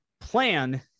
plan